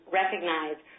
recognize